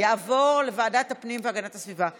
יעבור לוועדת הפנים והגנת הסביבה.